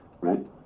right